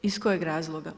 Iz kojeg razloga?